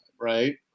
Right